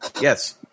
Yes